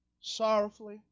sorrowfully